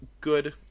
good